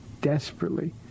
desperately